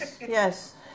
yes